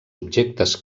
objectes